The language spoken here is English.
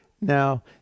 Now